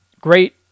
great